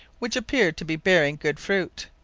which appeared to be bearing good fruit.